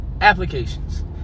applications